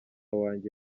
wanjye